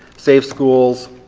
safe schools,